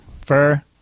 Fur